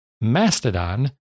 Mastodon